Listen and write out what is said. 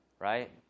Right